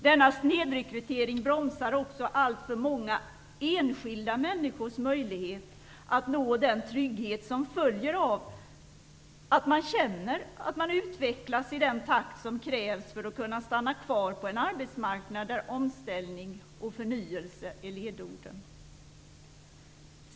Denna snedrekrytering bromsar också alltför många enskilda människors möjligheter att nå den trygghet som följer av att man känner att man utvecklas i den takt som krävs för att kunna stanna kvar på en arbetsmarknad, där omställning och förnyelse är ledorden.